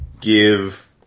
give